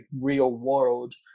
real-world